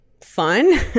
fun